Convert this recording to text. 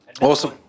Awesome